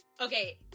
Okay